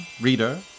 reader